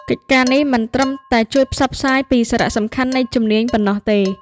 កិច្ចការនេះមិនត្រឹមតែជួយផ្សព្វផ្សាយពីសារៈសំខាន់នៃជំនាញប៉ុណ្ណោះទេ។